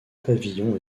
pavillons